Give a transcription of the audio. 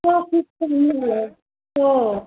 हो